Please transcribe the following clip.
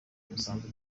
umusanzu